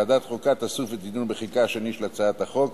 יציג את הצעת החוק